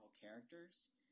characters